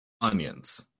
onions